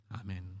Amen